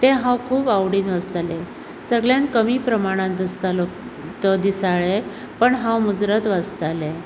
तें हांव खुब आवडिन वाचतालें सगल्यान कमी प्रमाणान दिसतालो तो दिसाळें पण हांव मुजरत वाचताले